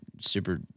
super